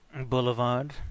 Boulevard